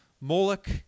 Moloch